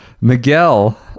Miguel